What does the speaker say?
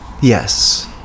Yes